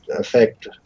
affect